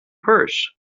purse